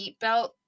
seatbelt